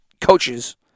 coaches